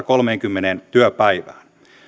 kolmeenkymmeneen työpäivään